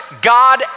God